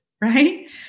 right